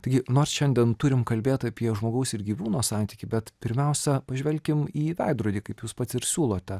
taigi nors šiandien turime kalbėt apie žmogaus ir gyvūno santykį bet pirmiausia pažvelkim į veidrodį kaip jūs pats ir siūlote